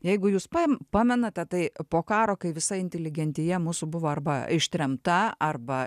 jeigu jūs paim pamenate tai po karo kai visa inteligentija mūsų buvo arba ištremta arba